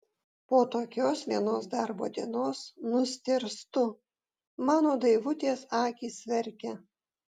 po tokios vienos darbo dienos nustėrstu mano daivutės akys verkia